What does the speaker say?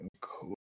cool